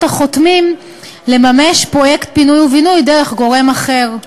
החותמים לממש פרויקט פינוי ובינוי דרך גורם אחר.